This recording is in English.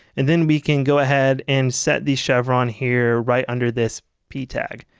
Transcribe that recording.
and then we can go ahead and set the chevron here, right under this p tag.